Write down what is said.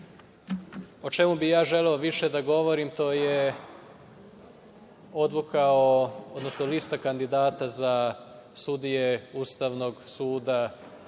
o čemu bih ja želeo više da govorim, to je odluka, odnosno lista kandidata za sudije Ustavnog suda